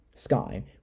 Sky